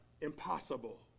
impossible